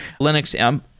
Linux